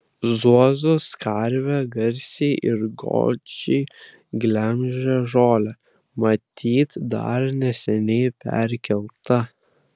zuozos karvė garsiai ir godžiai glemžia žolę matyt dar neseniai perkelta